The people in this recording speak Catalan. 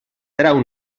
trau